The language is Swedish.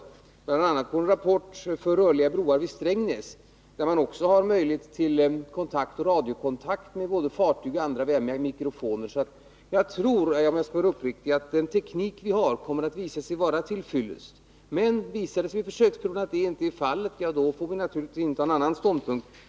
Det bygger bl.a. på en rapport för rörliga broar vid Strängnäs, där man också har möjlighet till radiokontakt med både fartygen och andra via mikrofoner. Jag tror, om jag skall vara uppriktig, att den teknik vi har kommer att visa sig vara till fyllest. Men visar det sig vid försöksverksamheten att så inte är fallet får vi naturligtvis inta en annan ståndpunkt.